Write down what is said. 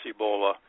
Ebola